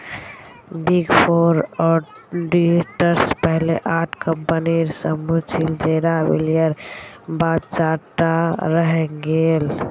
big four auditors पहले आठ कम्पनीर समूह छिल जेरा विलयर बाद चार टा रहेंग गेल